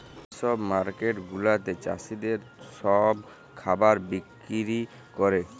যে ছব মার্কেট গুলাতে চাষীদের ছব খাবার বিক্কিরি ক্যরে